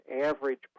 average